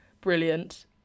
brilliant